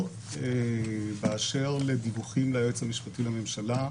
באשר לדיווחים ליועץ המשפטי לממשלה,